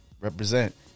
Represent